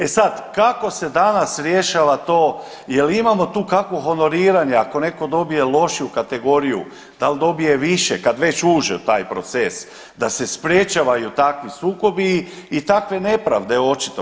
E sad kako se danas rješava to, jel imamo tu kakvu honoriranje ako neko dobije lošiju kategoriju, dal dobije više kad već uđe u taj proces da se sprječavaju takvi sukobi i takve nepravde očito?